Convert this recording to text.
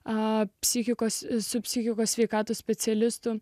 a psichikos su psichikos sveikatos specialistų